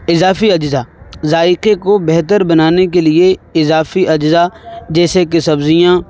اضافی اجزا ذائقے کو بہتر بنانے کے لیے اضافی اجزا جیسے کہ سبزیاں